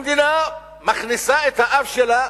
המדינה מכניסה את האף שלה